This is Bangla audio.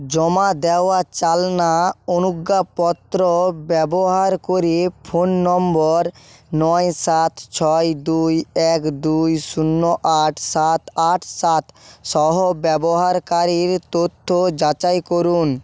জমা দেওয়া চালনা অনুজ্ঞাপত্র ব্যবহার করে ফোন নম্বর নয় সাত ছয় দুই এক দুই শূন্য আট সাত আট সাত সহ ব্যবহারকারীর তথ্য যাচাই করুন